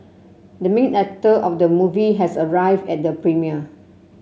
the main actor of the movie has arrived at the premiere